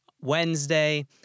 Wednesday